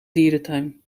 dierentuin